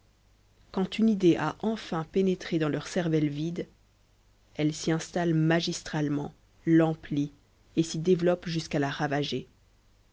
quand une idée a enfin pénétré dans leur cervelle vide elle s'y installe magistralement l'emplit et s'y développe jusqu'à la ravager